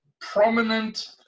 prominent